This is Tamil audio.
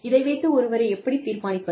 இதை வைத்து ஒருவரை எப்படித் தீர்மானிப்பது